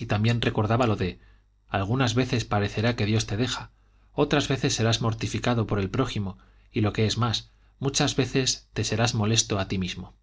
y también recordaba lo de algunas veces parecerá que dios te deja otras veces serás mortificado por el prójimo y lo que es más muchas veces te serás molesto a ti mismo